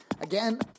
Again